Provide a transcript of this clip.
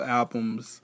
albums